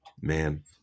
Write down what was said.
man